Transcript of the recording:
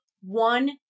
one